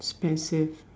expensive